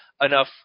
enough